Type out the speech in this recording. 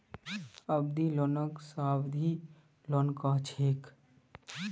अवधि लोनक सावधि लोन कह छेक